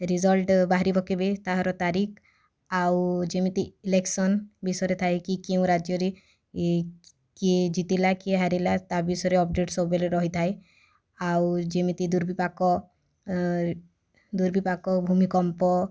result ବାହାରିବ କେବେ ତାହାର ତାରିଖ ଆଉ ଯେମିତି ଇଲେକ୍ସନ୍ ବିଷୟରେ ଥାଏ କି କେଉଁ ରାଜ୍ୟରେ ଏ କି କିଏ ଜିତିଲା କିଏ ହାରିଲା ତା' ବିଷୟରେ ଅପଡ଼େଟ୍ ସବୁବେଳେ ରହିଥାଏ ଆଉ ଯେମିତି ଦୁର୍ବିପାକ ଦୁର୍ବିପାକ ଭୂମିକମ୍ପ